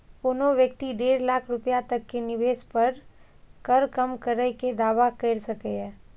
कोनो व्यक्ति डेढ़ लाख रुपैया तक के निवेश पर कर कम करै के दावा कैर सकैए